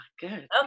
Good